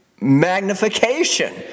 magnification